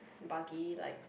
buggy like